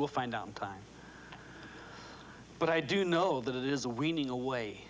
we'll find out in time but i do know that it is a weaning away